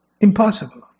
Impossible